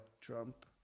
Trump